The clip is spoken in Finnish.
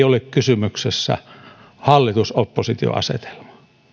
ole kysymyksessä hallitus oppositio asetelma